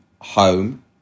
home